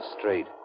street